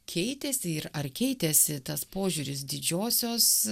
keitėsi ir ar keitėsi tas požiūris didžiosios